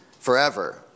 Forever